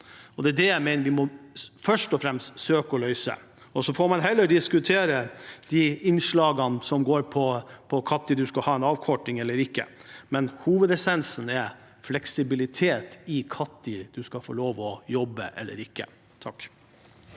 Det er også det jeg mener vi først og fremst må søke å løse, og så får man heller diskutere de innslagene som går på når man skal ha en avkorting eller ikke. Men hovedessensen er fleksibilitet i når man skal få lov til å jobbe eller ikke. Jeg